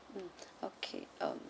mm okay um